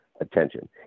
attention